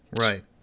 Right